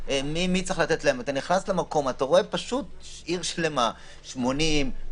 ואתה רואה עיר שלמה עם 80,